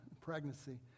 pregnancy